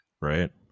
Right